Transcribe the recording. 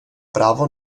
právo